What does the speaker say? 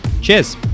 Cheers